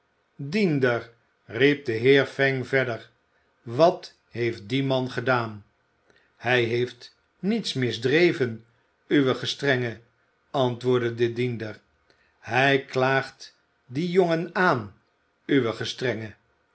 diender riep de heer fang verder wat heeft die man gedaan hij heeft niets misdreven uw gestrenge antwoordde de diender hij klaagt dien jongen aan uw gestrenge